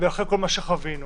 ואחרי כל מה שחווינו,